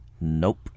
Nope